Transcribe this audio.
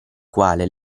quale